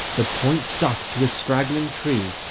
the point stuck to a straggling tree,